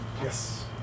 yes